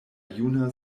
juna